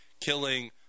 killing